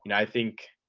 and i think,